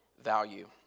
value